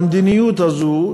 במדיניות הזאת,